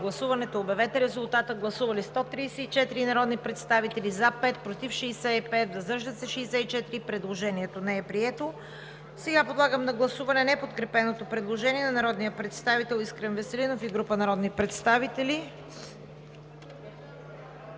Десислав Чуколов. Гласували 134 народни представители: за 5, против 65, въздържали се 64. Предложението не е прието. Подлагам на гласуване неподкрепеното предложение на народния представител Искрен Веселинов и група народни представители.